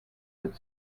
but